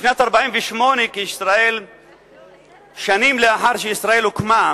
בשנת 1948, לאחר שישראל הוקמה,